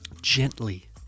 gently